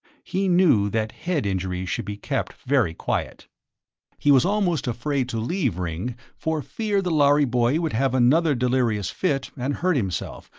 he knew that head injuries should be kept very quiet he was almost afraid to leave ringg for fear the lhari boy would have another delirious fit and hurt himself,